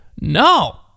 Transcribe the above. no